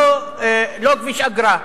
לא כביש אגרה.